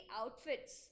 outfits